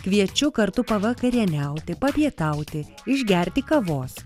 kviečiu kartu pavakarieniauti papietauti išgerti kavos